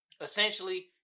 essentially